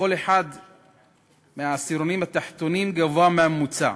בכל אחד מהעשירונים התחתונים גבוה מהממוצע.